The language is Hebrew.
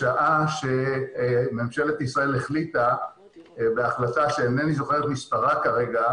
בשעה שממשלת ישראל החליטה בהחלטה שאינני זוכר את מספרה כרגע,